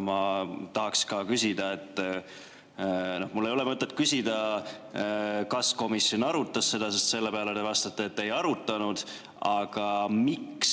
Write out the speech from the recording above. Ma tahaks ka küsida, kuigi mul ei ole mõtet küsida, kas komisjon arutas seda, sest selle peale te vastate, et ei arutanud – aga miks